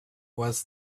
was